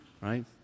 Right